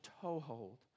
toehold